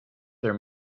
their